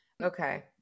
Okay